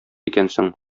икәнсең